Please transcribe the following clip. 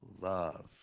love